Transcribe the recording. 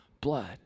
blood